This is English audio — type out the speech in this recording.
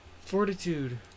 fortitude